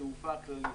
לתעופה הכללית,